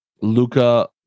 Luca